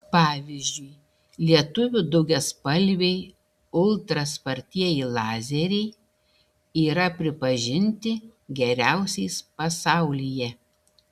pavyzdžiui lietuvių daugiaspalviai ultra spartieji lazeriai yra pripažinti geriausiais pasaulyje